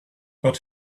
but